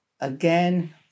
again